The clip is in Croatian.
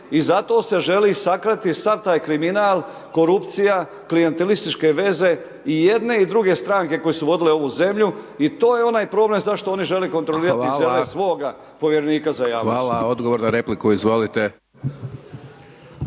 i zato se želi sakriti sav taj kriminal, korupcija, klijentelistički veze i jedne i druge stranke koje su vodile ovu zemlju i to je onaj problem zašto one žele kontrolirati zemlje svoga povjerenika za javnost. **Hajdaš Dončić, Siniša